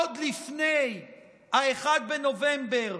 עוד לפני 1 בנובמבר,